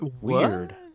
Weird